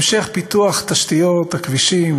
המשך פיתוח תשתיות הכבישים,